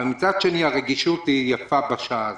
אבל הרגישות היא יפה בשעה זו.